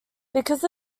because